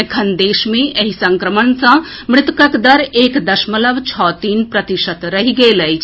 एखन देश मे एहि संक्रमण सँ मृतकक दर एक दशमलव छओ तीन प्रतिशत रहि गेल अछि